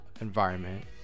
environment